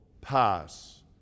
pass